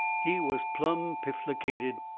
he was plumb pifflicated.